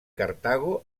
cartago